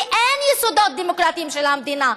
כי אין יסודות דמוקרטיים למדינה.